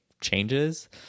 changes